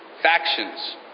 factions